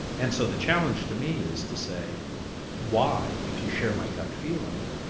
and so the challenge to me is to say why, if you share my gut feeling,